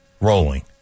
rolling